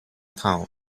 town